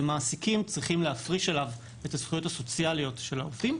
ומעסיקים צריכים להפריש אליו את הזכויות הסוציאליות של העובדים.